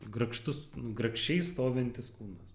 grakštus nu grakščiai stovintis kūnas